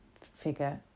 figure